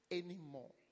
anymore